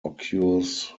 occurs